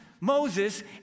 Moses